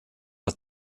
der